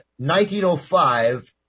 1905